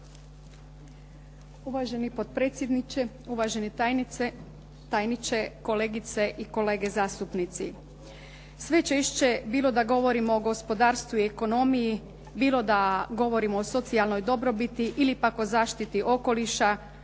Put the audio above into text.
Uvaženi potpredsjedniče, uvaženi tajniče, kolegice i kolege zastupnici. Sve češće, bilo da govorimo o gospodarstvu i ekonomiji, bilo da govorimo o socijalnoj dobrobiti ili pak o zaštiti okoliša,